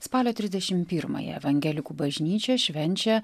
spalio trisdešim pirmąją evangelikų bažnyčia švenčia